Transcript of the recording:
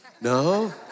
No